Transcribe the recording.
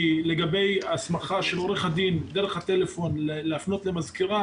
כי לגבי הסמכה של עורך הדין דרך הטלפון להפנות למזכירה,